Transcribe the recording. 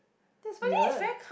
that's weird